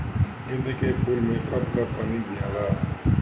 गेंदे के फूल मे कब कब पानी दियाला?